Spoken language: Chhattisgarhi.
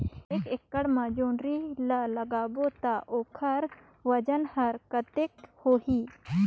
एक एकड़ मा जोणी ला लगाबो ता ओकर वजन हर कते होही?